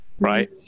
right